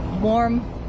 warm